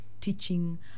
teaching